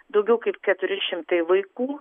daugiau kaip keturi šimtai vaikų